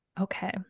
Okay